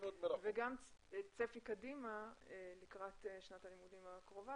וגם הצפי קדימה לקראת שנת הלימודים הקרובה